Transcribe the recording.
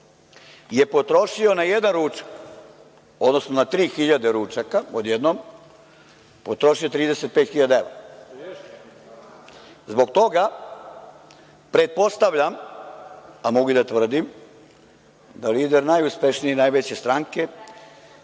je potrošio na jedan ručak, odnosno na tri hiljade ručaka odjednom, 35 hiljada evra. Zbog toga pretpostavljam, a mogu i da tvrdim, da lider najuspešnije i najveće stranke